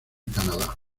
canadá